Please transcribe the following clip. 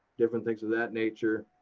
different things of that nature.